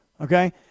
okay